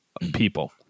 people